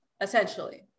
essentially